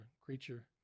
creature